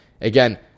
Again